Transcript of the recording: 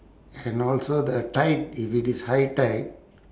and also the tide if it is high tide